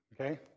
okay